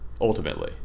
ultimately